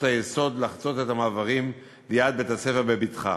היסוד לחצות את המעברים ליד בית-הספר בבטחה.